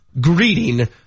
greeting